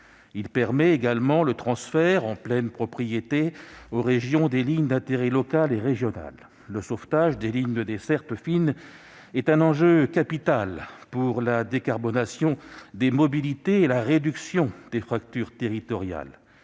Il permet également le transfert en pleine propriété aux régions des lignes d'intérêt local et régional. Le sauvetage des lignes de desserte fine est un enjeu capital pour la décarbonation des mobilités et la réduction des fractures territoriales.